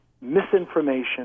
misinformation